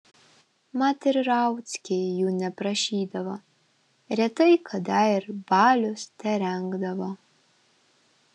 mat ir rauckiai jų neprašydavo retai kada ir balius terengdavo